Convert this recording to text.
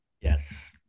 Yes